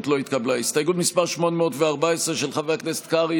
שמעתי אותך היום כאן,